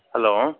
hello